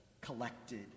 collected